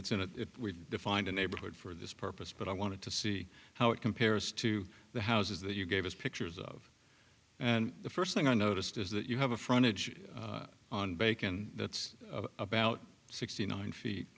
it's in and it's in a defined a neighborhood for this purpose but i wanted to see how it compares to the houses that you gave us pictures of and the first thing i noticed is that you have a frontage on bacon that's about sixty nine feet